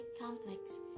complex